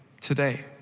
today